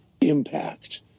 impact